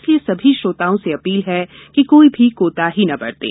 इसलिए सभी श्रोताओं से अपील है कि कोई भी कोताही न बरतें